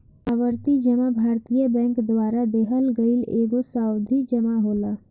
आवर्ती जमा भारतीय बैंकन द्वारा देहल गईल एगो सावधि जमा होला